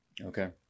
Okay